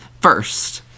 first